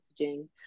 messaging